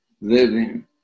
living